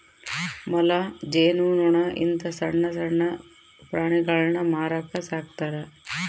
ಮೊಲ, ಜೇನು ನೊಣ ಇಂತ ಸಣ್ಣಣ್ಣ ಪ್ರಾಣಿಗುಳ್ನ ಮಾರಕ ಸಾಕ್ತರಾ